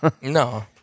no